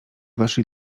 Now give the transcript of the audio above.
weszli